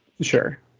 Sure